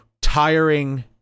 tiring